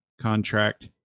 contract